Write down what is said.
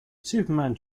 superman